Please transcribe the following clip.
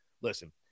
listen